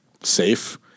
safe